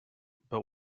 but